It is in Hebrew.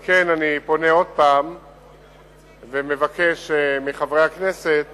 על כן אני פונה פעם נוספת ומבקש מחברי הכנסת